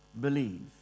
believe